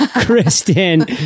Kristen